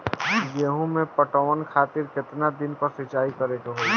गेहूं में पटवन खातिर केतना दिन पर सिंचाई करें के होई?